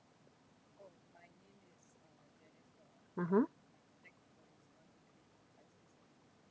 ah ha